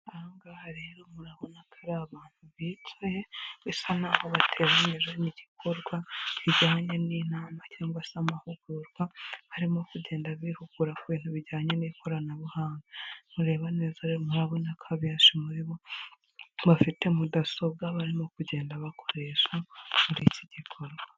Aha ngaha rero murabona ko ari abantu bicaye, bisa n'aho bateranyijwe n'igikorwa kijyanye n'inama cyangwa se amahugurwa, barimo kugenda bihugura ku bintu bijyanye n'ikoranabuhanga, nureba neza murabona ko abenshi muri bo, bafite mudasobwa barimo kugenda bakoresha muri iki gikorwa.